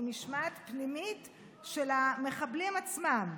היא משמעת פנימית של המחבלים עצמם,